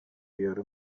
یارو